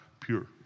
pure